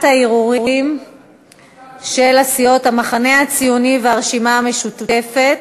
הערעורים של סיעות המחנה הציוני והרשימה המשותפת.